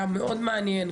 היה מאוד מעניין,